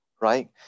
right